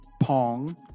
Pong